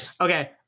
okay